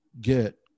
get